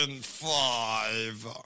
five